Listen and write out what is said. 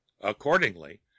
accordingly